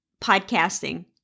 podcasting